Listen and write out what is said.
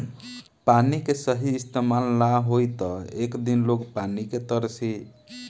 पानी के सही इस्तमाल ना होई त एक दिन लोग पानी के तरसी